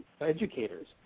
educators